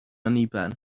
anniben